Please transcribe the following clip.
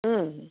ம்